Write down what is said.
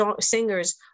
singers